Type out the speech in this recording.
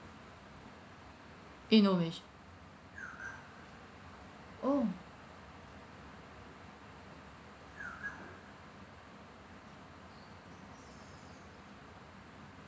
you know which oh